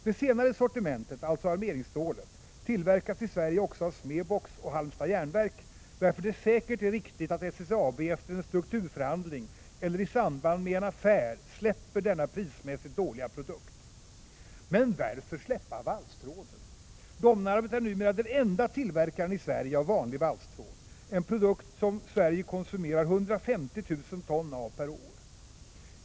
Det senare sortimentet — alltså armeringsstålet — tillverkas i Sverige också av Smebox och Halmstads Järnverk, varför det säkert är riktigt att SSAB efter en strukturförhandling eller i samband med en affär släpper denna prismässigt dåliga produkt. Men varför släppa valstråden? Domnarvet är numera den enda tillverkaren i Sverige av vanlig valstråd, en produkt som Sverige konsumerar 150 000 ton av per år.